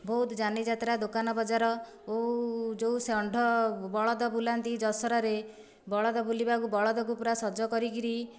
ବହୁତ ଯାନିଯାତ୍ରା ଦୋକାନ ବଜାର ଓ ଯେଉଁ ଷଣ୍ଢ ବଳଦ ବୁଲାନ୍ତି ଦଶହରାରେ ବଳଦ ବୁଲିବାକୁ ବଳଦକୁ ପୂରା ସଜ କରିକିରି